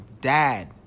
dad